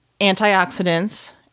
antioxidants